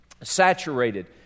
saturated